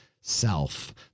self